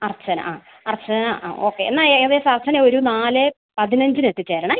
അർച്ചന ആ അർച്ചന ആ ഓക്കെ എന്നാൽ ഏകദേശം അർച്ചന ഒരു നാലേ പതിനഞ്ചിന് എത്തിച്ചേരണേ